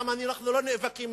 למה אנחנו לא נאבקים,